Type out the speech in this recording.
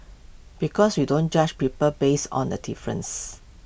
because we don't judge people based on A differences